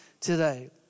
today